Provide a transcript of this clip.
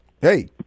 Hey